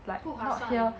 不划算